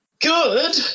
good